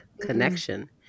connection